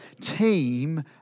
Team